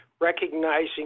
recognizing